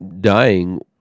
dying